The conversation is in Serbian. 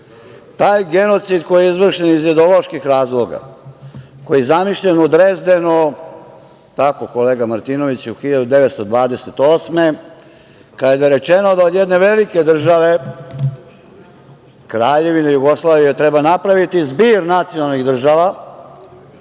genocid koji je izvršen iz ideoloških razloga, koji je zamišljen u Drezdenu, da li je tako kolega Martinoviću, 1928. godine, kada je rečeno da od jedne velike države, Kraljevine Jugoslavije treba napraviti zbir nacionalnih država,